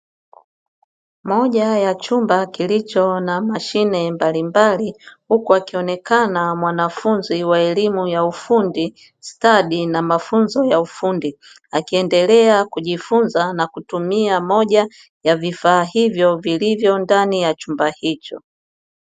Moja ya chumba kilicho na mashine mbalimbali, huku akionekana mwanafunzi wa elimu ya ufundi stadi na mafunzo ya ufundi akiendelea kujifunza na kutumia moja ya vifaa hivyo vilivyo ndani ya chumba hicho.